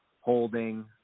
holding